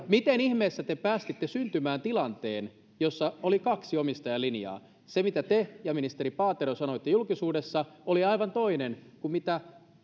miten ihmeessä te päästitte syntymään tilanteen jossa oli kaksi omistajan linjaa se mitä te ja ministeri paatero sanoitte julkisuudessa oli aivan toinen kuin mitä